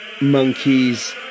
monkeys